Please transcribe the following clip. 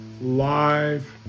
live